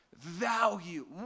value